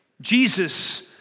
Jesus